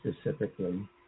specifically